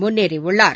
முன்னேறியுள்ளார்